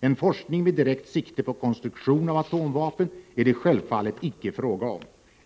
En forskning med direkt sikte på konstruktion av atomvapen är det självfallet icke fråga om.